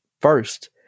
first